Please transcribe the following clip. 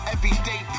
Everyday